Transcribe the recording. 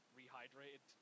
rehydrated